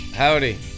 Howdy